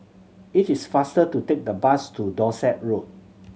it is faster to take the bus to Dorset Road